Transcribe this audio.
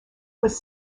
was